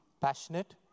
Passionate